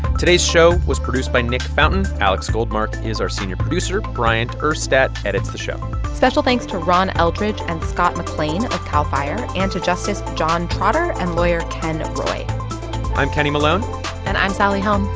today's show was produced by nick fountain. alex goldmark is our senior producer. bryant urstadt edits the show special thanks to ron eldridge and scott mclean of cal fire and to justice john trotter and lawyer ken roy i'm kenny malone and i'm sally helm.